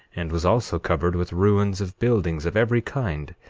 and was also covered with ruins of buildings of every kind,